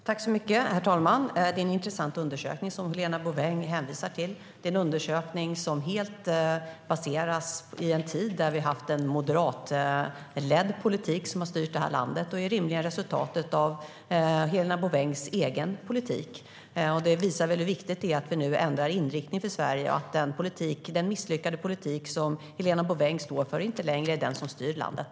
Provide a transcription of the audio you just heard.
Herr talman! Det är en intressant undersökning som Helena Bouveng hänvisar till. Det baserar sig helt i en tid då vi har haft en moderatledd politik som har styrt det här landet och är rimligen resultatet av Helena Bouvengs egen politik. Detta visar hur viktigt det är att vi nu ändrar inriktning för Sverige och att den misslyckade politik som Helena Bouveng står för inte längre är den politik som styr landet.